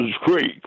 Creek